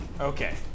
Okay